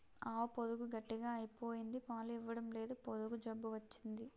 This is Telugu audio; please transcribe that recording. ఆవు పొదుగు గట్టిగ అయిపోయింది పాలు ఇవ్వడంలేదు పొదుగు జబ్బు వచ్చింది